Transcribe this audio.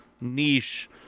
niche